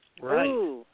Right